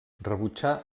rebutjà